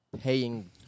paying